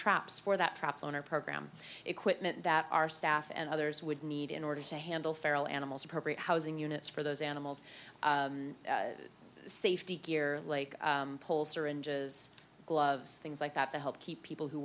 traps for that trap on our program equipment that our staff and others would need in order to handle feral animals appropriate housing units for those animals safety gear like pull syringes gloves things like that to help keep people who